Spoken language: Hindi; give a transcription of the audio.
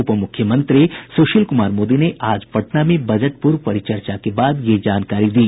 उप मुख्यमंत्री सुशील कुमार मोदी ने आज पटना में बजट पूर्व परिचर्चा के बाद यह जानकारी दी